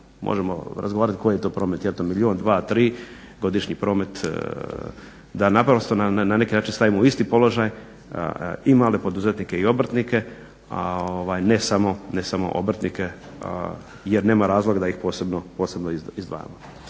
možemo razgovarati koji je to promet, jel to milijun, dva, tri, godišnji promet da naprosto na neki način stavimo u isti položaj i male poduzetnike i obrtnike a ne samo obrtnike jer nema razloga da ih posebno izdvajamo.